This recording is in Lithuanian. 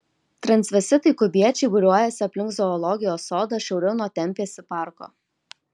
transvestitai kubiečiai būriuojasi aplink zoologijos sodą šiauriau nuo tempėsi parko